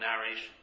narration